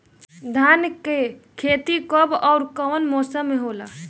धान क खेती कब ओर कवना मौसम में होला?